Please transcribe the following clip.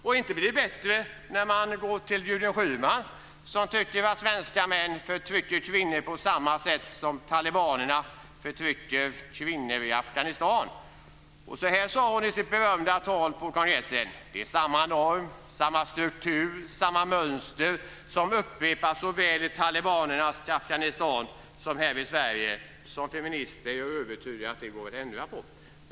Och inte blir det bättre när man går till Gudrun Schyman, som tycker att svenska män förtrycker kvinnor på samma sätt som talibanerna förtrycker kvinnor i Afghanistan. Så här sade hon i sitt berömda tal på kongressen: Det är samma norm, samma struktur, samma mönster som upprepas såväl i talibanernas Afghanistan. Som feminist är jag övertygad om att det går att ändra på.